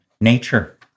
nature